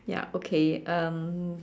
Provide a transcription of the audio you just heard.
ya okay um